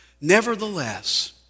Nevertheless